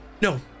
No